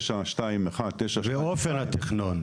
921 --- באופן התכנון,